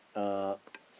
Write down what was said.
uh